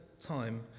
time